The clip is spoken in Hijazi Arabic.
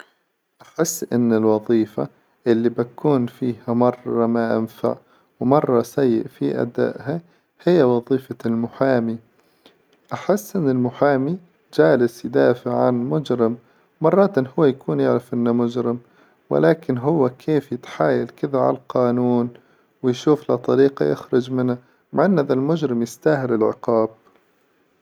أحس إن الوظيفة إللي بكون فيها مرة ما أنفع ومرة سيئة في أداءها هي وظيفة المحامي، أحس إن المحامي جالس يدافع عن مجرم مرات إن هو يكون يعرف إنه مجرم ولكن هو كيف يتحايل كذا على القانون؟ ويشوف له طريقة يخرج منه، مع إن ذا المجرم يستاهل العقاب.